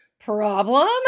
Problem